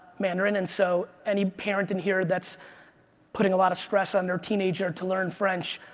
mandarin. and so any parent in here that's putting a lot of stress on there teenager to learn french,